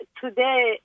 today